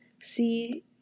see